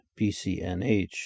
BCNH